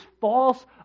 false